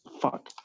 Fuck